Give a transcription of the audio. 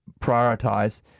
prioritize